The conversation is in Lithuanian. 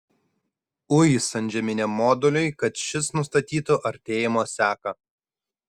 uis antžeminiam moduliui kad šis nustatytų artėjimo seką